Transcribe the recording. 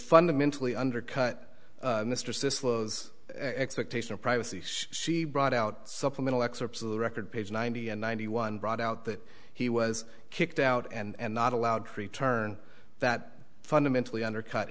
fundamentally undercut mistress this expectation of privacy she brought out supplemental excerpts of the record page ninety and ninety one brought out that he was kicked out and not allowed to return that fundamentally undercut